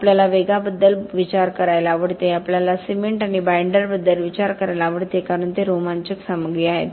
आपल्याला वेगाबद्दल विचार करायला आवडते आपल्याला सिमेंट आणि बाइंडरबद्दल विचार करायला आवडते कारण ते रोमांचक सामग्री आहेत